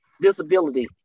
disability